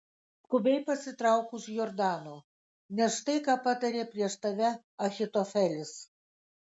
skubiai pasitrauk už jordano nes štai ką patarė prieš tave ahitofelis